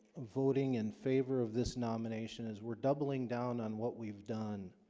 voting in favor of this nomination is we're doubling down on what we've done